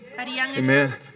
Amen